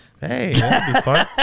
Hey